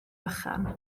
fychan